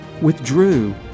withdrew